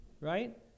right